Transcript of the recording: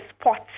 spots